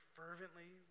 fervently